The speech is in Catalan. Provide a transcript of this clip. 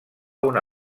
una